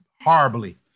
horribly